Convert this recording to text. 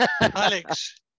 Alex